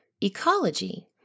Ecology